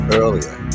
earlier